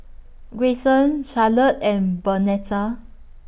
Grayson Charlotte and Bernetta